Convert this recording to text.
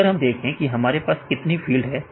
अगर हम देखें कि हमारे पास कितनी फील्ड है